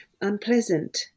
unpleasant